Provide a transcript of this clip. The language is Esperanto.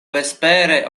vespere